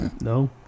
No